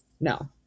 No